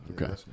okay